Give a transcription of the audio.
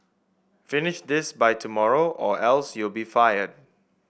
finish this by tomorrow or else you'll be fired